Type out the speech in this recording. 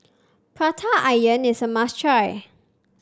Prata Onion is a must try